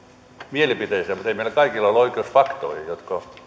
mielipiteeseen mutta ei meillä kaikilla ole oikeus faktoihin jotka